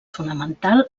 fonamental